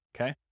Okay